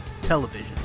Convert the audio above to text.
television